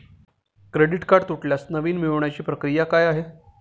Credit card तुटल्यास नवीन मिळवण्याची प्रक्रिया काय आहे?